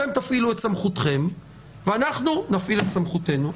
אתם פעילו את סמכותכם ואנחנו נפעיל את סמכותנו.